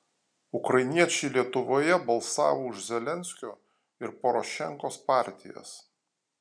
ukrainiečiai lietuvoje balsavo už zelenskio ir porošenkos partijas